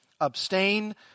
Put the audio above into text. Abstain